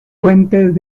puentes